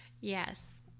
Yes